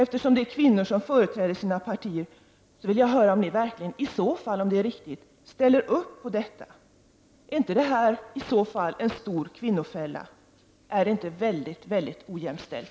Eftersom det är kvinnor som företräder sina partier vill jag höra om ni, om detta är riktigt, ställer upp på detta. Är inte detta i så fall en stor kvinnofälla? Är det inte mycket mycket ojämställt?